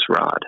rod